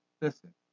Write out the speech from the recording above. Listen